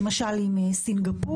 למשל עם סינגפור,